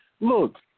Look